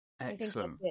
Excellent